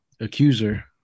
accuser